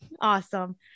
Awesome